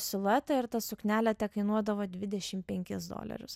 siluetą ir ta suknelė tekainuodavo dvidešim penkis dolerius